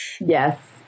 Yes